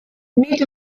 nid